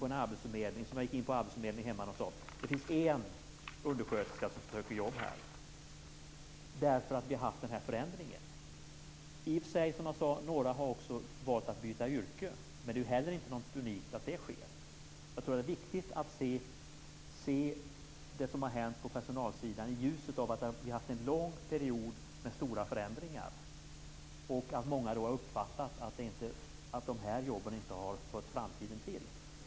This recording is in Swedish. På arbetsförmedlingen i min hemkommun är det en undersköterska som söker jobb. Det är därför att vi har haft den här förändringen. Några har i och för sig också valt att byta yrke. Men det är heller inte något unikt att det sker. Jag tror att det är viktigt att se det som har hänt på personalsidan i ljuset av att vi har haft en lång period med stora förändringar. Många har då uppfattat att dessa jobb inte har hört framtiden till.